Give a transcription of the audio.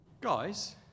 Guys